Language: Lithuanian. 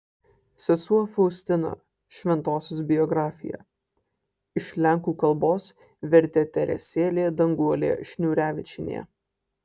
sesuo faustina šventosios biografija iš lenkų kalbos vertė teresėlė danguolė šniūrevičienė